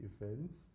events